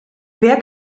wer